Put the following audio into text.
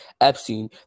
Epstein